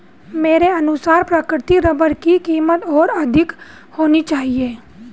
मेरे अनुसार प्राकृतिक रबर की कीमत और अधिक होनी चाहिए